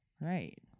Right